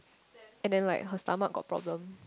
and then like her stomach got problem